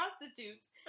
prostitutes